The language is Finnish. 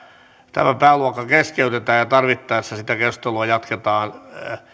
tämä pääluokka keskeytetään ja tarvittaessa sitä keskustelua jatketaan